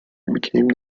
became